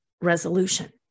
resolution